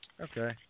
Okay